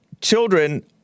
children